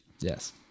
yes